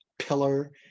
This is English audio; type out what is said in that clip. pillar